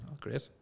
great